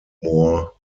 more